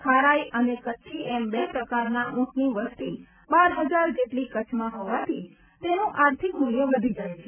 ખારાઈ અને કચ્છી એમ બે પ્રકારના ઊંટની વસતિ બાર હજાર જેટલી કચ્છમાં હોવાથી તેનું આર્થિક મૂલ્ય વધી જાય છે